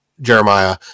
jeremiah